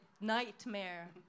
nightmare